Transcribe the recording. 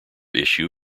issue